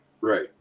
right